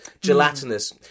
gelatinous